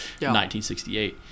1968